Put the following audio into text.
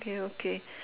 okay okay